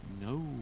No